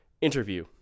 interview